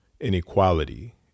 inequality